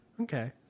okay